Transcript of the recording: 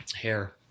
hair